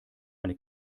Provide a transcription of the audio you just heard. eine